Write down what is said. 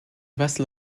vessel